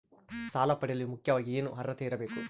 ಸಾಲ ಪಡೆಯಲು ಮುಖ್ಯವಾಗಿ ಏನು ಅರ್ಹತೆ ಇರಬೇಕು?